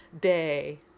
day